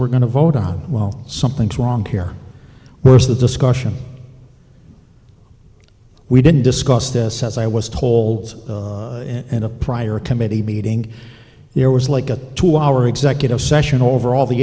we're going to vote on well something's wrong here where's the discussion we didn't discuss this as i was told and a prior committee meeting there was like a two hour executive session over all the